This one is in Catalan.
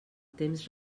temps